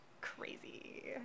crazy